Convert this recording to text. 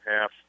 half